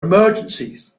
emergencies